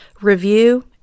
review